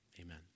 Amen